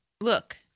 look